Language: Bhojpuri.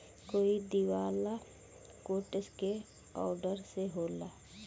कोई दिवाला कोर्ट के ऑर्डर से होला